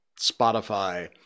Spotify